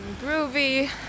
Groovy